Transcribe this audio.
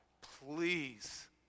please